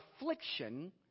affliction